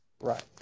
Right